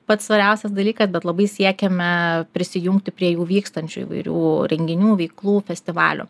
pats svariausias dalykas bet labai siekiame prisijungti prie jų vykstančių įvairių renginių veiklų festivalių